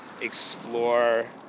explore